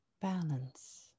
Balance